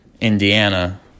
Indiana